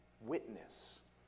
witness